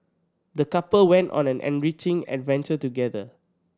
the couple went on an enriching adventure together